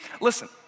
listen